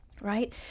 right